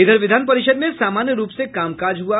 इधर विधान परिषद में सामान्य रूप से कामकाज हुआ